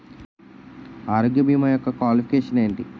ఆరోగ్య భీమా యెక్క క్వాలిఫికేషన్ ఎంటి?